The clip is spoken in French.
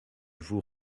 vous